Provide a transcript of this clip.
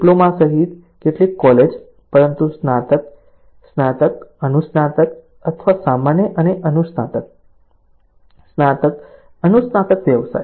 diploma સહિત કેટલીક college પરંતુ સ્નાતક સ્નાતક અનુસ્નાતક અથવા સામાન્ય અને અનુસ્નાતક સ્નાતક અનુસ્નાતક વ્યવસાય